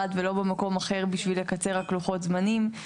ולא במקום אחר בשביל לקצר רק לוחות זמנים,